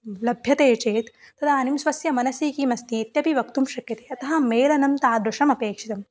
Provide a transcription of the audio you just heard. लभ्यते चेत् तदानीं स्वस्य मनसि किम् अस्ति इत्यपि वक्तुं शक्यते अतः मेलनं तादृशम् अपेक्षितं